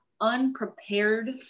unprepared